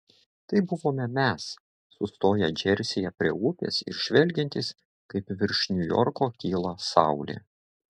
tai buvome mes sustoję džersyje prie upės ir žvelgiantys kaip virš niujorko kyla saulė